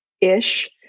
ish